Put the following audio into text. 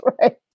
right